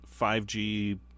5G